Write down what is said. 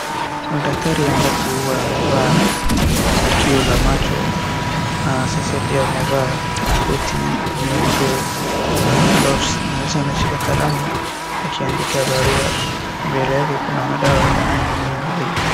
Kuna daktari ambapo huwa amevaa kioo la macho sasa pia amevaa koti nyeupe na gloves anashika kalamu akiandika barua mbele yake kuna madawa ya aina mingi zaidi.